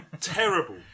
Terrible